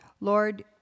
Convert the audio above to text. Lord